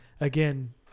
again